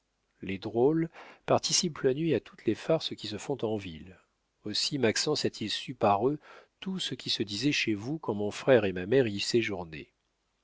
les drôles participent la nuit à toutes les farces qui se font en ville aussi maxence a-t-il su par eux tout ce qui se disait chez vous quand mon frère et ma mère y séjournaient